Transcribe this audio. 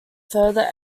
further